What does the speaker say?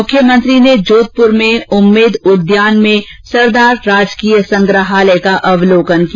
मुख्यमंत्री ने जोधपुर में उम्मेद उद्यान में सरदार राजकीय संग्रहालय का अवलोकन किया